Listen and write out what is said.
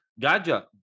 Gaja